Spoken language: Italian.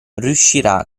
riuscirà